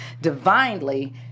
divinely